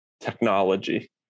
technology